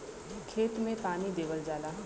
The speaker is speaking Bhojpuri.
खेत मे पानी देवल जाला